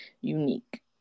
unique